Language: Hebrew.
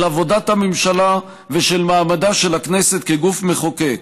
עבודת הממשלה ושל מעמדה של הכנסת כגוף מחוקק.